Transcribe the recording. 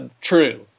True